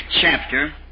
chapter